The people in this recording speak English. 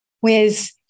Whereas